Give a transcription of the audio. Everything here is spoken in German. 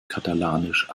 katalanisch